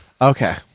Okay